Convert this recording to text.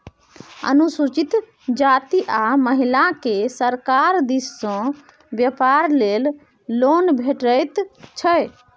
अनुसूचित जाती आ महिलाकेँ सरकार दिस सँ बेपार लेल लोन भेटैत छै